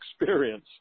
experience